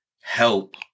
help